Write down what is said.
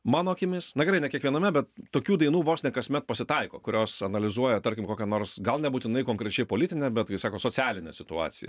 mano akimis na gerai ne kiekviename bet tokių dainų vos ne kasmet pasitaiko kurios analizuoja tarkim kokią nors gal nebūtinai konkrečiai politinę bet kai sako socialinę situaciją